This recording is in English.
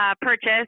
purchase